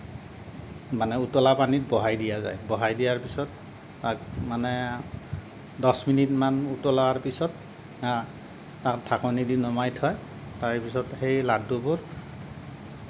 মানে উতলা পানীত বহাই দিয়া যায় বহাই দিয়াৰ পিছত তাক মানে দহ মিনিট মান উতলাৰ পিছত তাক ঢাকনি দি নমাই থয় তাৰেপিছত সেই লাড্ডুবোৰ